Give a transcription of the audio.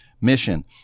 Mission